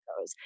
goes